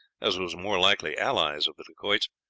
as was more likely, allies of the dacoits,